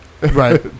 right